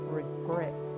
regret